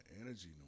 energy